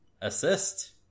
assist